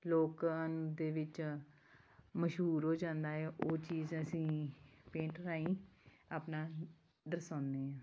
ਲੋਕਾਂ ਦੇ ਵਿੱਚ ਮਸ਼ਹੂਰ ਹੋ ਜਾਂਦਾ ਹੈ ਉਹ ਚੀਜ਼ ਅਸੀਂ ਪੇਂਟ ਰਾਹੀਂ ਆਪਣਾ ਦਰਸਾਉਂਦੇ ਹਾਂ